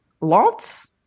lots